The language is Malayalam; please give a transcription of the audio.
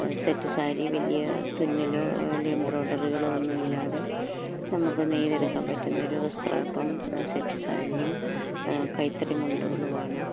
സെറ്റ് സാരി വലിയ തുന്നലോ വലിയ എംബ്രോയിഡറികളോ ഒന്നുമില്ലാതെ നമുക്ക് നെയ്തെടുക്കാൻ പറ്റുന്നൊരു വസ്ത്രം ഇപ്പം സെറ്റ് സാരിയും കൈത്തറി മുണ്ടുകളുമാണ്